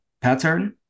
pattern